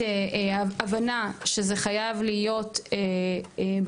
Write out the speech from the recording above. ההבנה שזה חייב להיות בבסיס,